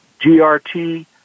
GRT